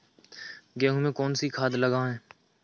गेहूँ में कौनसी खाद लगाएँ?